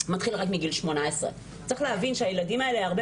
מתחיל רק מגיל 18. צריך להבין שהילדים האלה הרבה